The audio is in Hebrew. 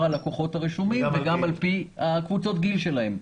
הלקוחות הרשומים וגם על פי קבוצות הגיל שלהם.